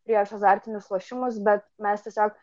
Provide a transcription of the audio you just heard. prieš azartinius lošimus bet mes tiesiog